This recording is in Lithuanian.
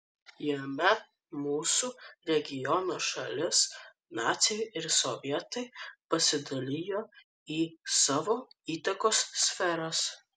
jame mūsų regiono šalis naciai ir sovietai pasidalijo į savo įtakos sferas